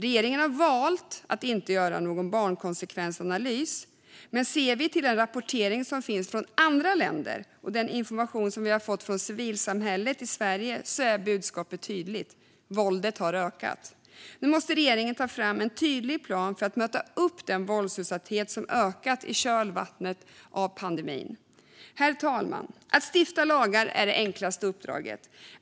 Regeringen har valt att inte göra någon barnkonsekvensanalys. Men ser vi till den rapportering som finns från andra länder och den information som vi har fått från civilsamhället i Sverige är budskapet tydligt: Våldet har ökat. Nu måste regeringen ta fram en tydlig plan för att möta upp den våldsutsatthet som har ökat i kölvattnet av pandemin. Herr talman! Att stifta lagar är det enklaste uppdraget.